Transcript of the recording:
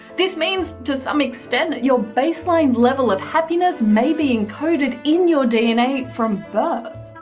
this means, to some extent, your baseline level of happiness may be encoded in your dna from birth.